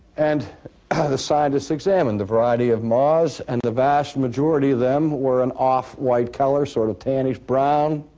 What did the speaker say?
and the scientists examined the variety of moths and the vast majority of them were an off-white color, sort of tannish brown.